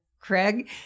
Craig